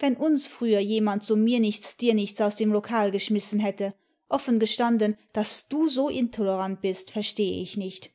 wenn uns früher jemand so mir nichts dir nichts aus dem lokal geschmissen hätte offen gestanden daß du so intolerant bist verstehe ich nicht